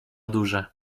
duże